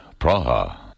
Praha